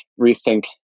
rethink